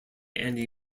andy